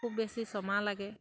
খুব বেছি ছমাহ লাগে